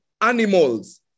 animals